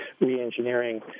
reengineering